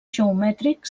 geomètric